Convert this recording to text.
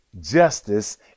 justice